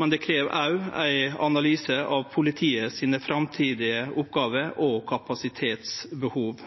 men det krev òg ein analyse av politiet sine framtidige oppgåver og kapasitetsbehov.